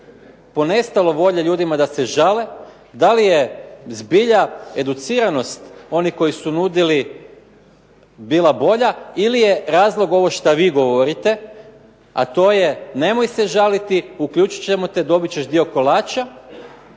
ponestalo volje ljudima da se žale, da li je zbilja educiranost onih koji su nudili bila bolja ili je razlog ovo šta vi govorite, a to je nemoj se žaliti, uključit ćemo te, dobit ćeš dio kolača